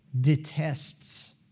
detests